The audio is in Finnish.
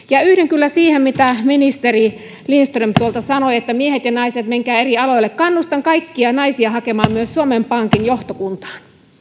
ja yhdyn kyllä siihen mitä ministeri lindström tuolta sanoi miehet ja naiset menkää eri aloille kannustan kaikkia naisia hakemaan myös suomen pankin johtokuntaan